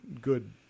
good